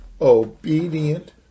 obedient